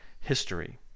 history